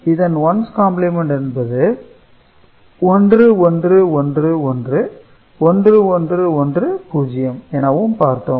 இதன் ones complement என்பது 1111 1110 எனவும் பார்த்தோம்